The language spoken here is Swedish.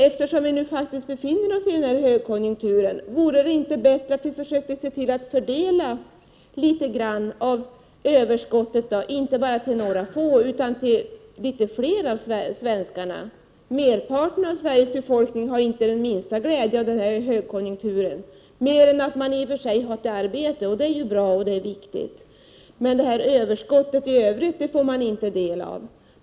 Eftersom vi nu faktiskt befinner oss i denna högkonjunktur vore det bättre att vi försökte se till att fördela litet grand av överskottet, inte bara till några få utan till flera av svenskarna. Merparten av Sveriges befolkning har inte den minsta glädje av denna högkonjunktur, mer än att man i och för sig har ett arbete. Det är dock bra och viktigt. Överskottet i övrigt får man emellertid inte del av.